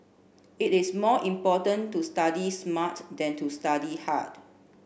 it is more important to study smart than to study hard